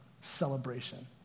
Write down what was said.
celebration